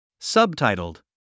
Subtitled